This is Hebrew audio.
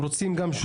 הם גם רוצים שותפות